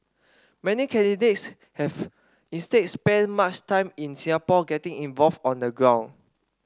many candidates have instead spent much time in Singapore getting involved on the ground